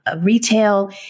retail